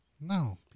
No